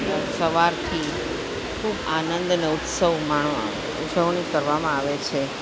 સવારથી ખૂબ આનંદ અને ઉત્સવ માણવા ઉજવણી કરવામાં આવે છે